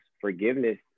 Forgiveness